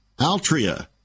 Altria